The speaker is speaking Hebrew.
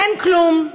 אין כלום.